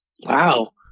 Wow